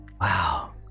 wow